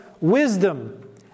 wisdom